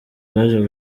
baje